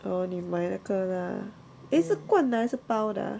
oh 你买哪个 lah eh 是罐的还是包的 ah